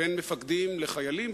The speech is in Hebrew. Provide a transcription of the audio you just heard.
בין מפקדים לחיילים,